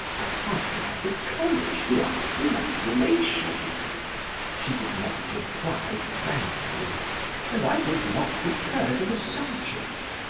i hardly had the courage to ask for an explanation she did not reply frankly and i did not recur to the subject,